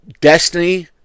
Destiny